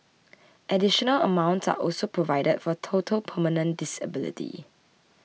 additional amounts are also provided for total permanent disability